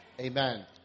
Amen